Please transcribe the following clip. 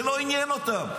זה לא עניין אותם.